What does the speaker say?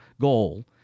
goal